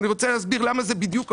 ואני רוצה להסביר למה זה בדיוק הפוך.